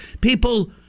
people